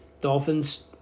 Dolphins